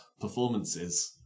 performances